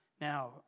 Now